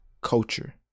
culture